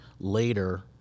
later